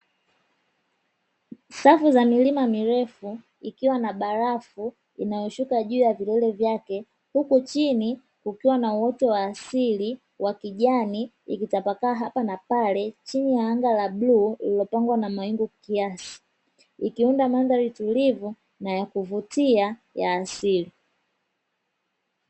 Safu za milima mirefu ikiwa na barafu inayoshuka juu ya vilele vyake, huku chini kukiwa na uoto wa asili wa kijani, ukitapakaa hapa na pale, chini ya anga la bluu lililopambwa na mawingu kiasi. Ili kuunda mandhari tulivu, na ya kuvutia ya asili.